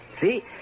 See